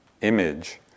image